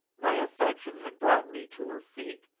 my affection had brought me to her feet,